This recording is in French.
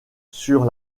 sur